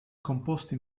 composto